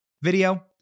video